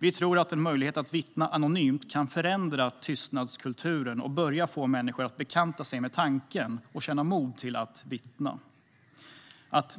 Vi tror att möjligheten att vittna anonymt kan förändra tystnadskulturen, få människor att börja bekanta sig med tanken och känna mod att vittna. Att